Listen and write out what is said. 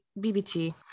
BBT